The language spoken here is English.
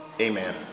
Amen